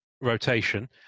rotation